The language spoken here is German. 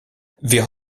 wir